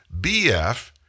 BF